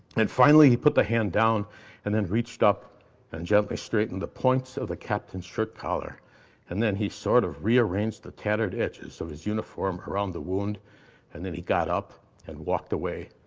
and finally he put the hand down and then reached up and gently straightened the points of the captain's shirt collar and then he sort of rearranged the tattered edges of his uniform around the wound and then he got up and walked away.